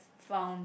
found